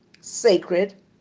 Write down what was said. sacred